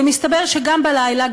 ומסתבר שגם בלילה,